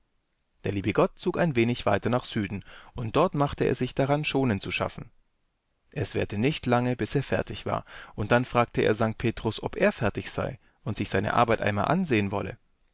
der liebe gott zog ein wenig weiter nach süden und dort machte er sich daran schonenzuschaffen eswährtenichtlange biserfertigwar unddann fragte er sankt petrus ob er fertig sei und sich seine arbeit einmal ansehen wolle